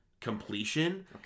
completion